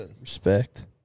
respect